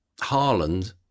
Haaland